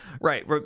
Right